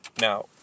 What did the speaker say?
Now